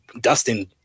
Dustin